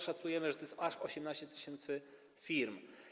Szacujemy, że to jest aż 18 tys. firm.